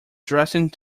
dressing